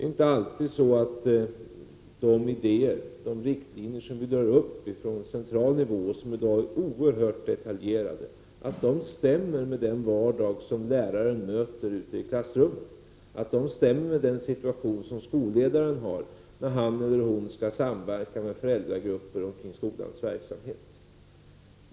Det är inte alltid så att de idéer, de riktlinjer som vi drar upp från central nivå, och som i dag är oerhört detaljerade, stämmer med den vardag som läraren möter ute i klassrummet eller att de stämmer med den situation som skolle daren har när han eller hon skall samverka med föräldragrupper om skolans verksamhet.